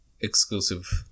exclusive